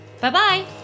Bye-bye